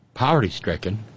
poverty-stricken